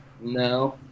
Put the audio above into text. No